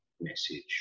message